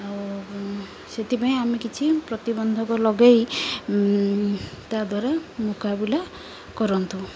ଆଉ ସେଥିପାଇଁ ଆମେ କିଛି ପ୍ରତିବନ୍ଧକ ଲଗେଇ ତା ଦ୍ୱାରା ମୁକାବିଲା କରନ୍ତୁ